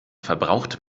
verbraucht